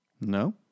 No